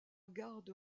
garde